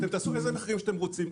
אתם תעשו איזה מחירים שתרצו.